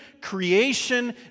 creation